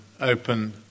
open